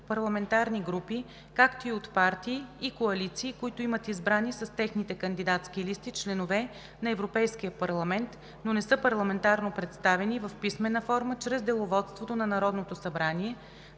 парламентарни групи, както и от партии и коалиции, които имат избрани с техните кандидатски листи членове на Европейския парламент, но не са парламентарно представени, в писмена форма чрез деловодството на Народното събрание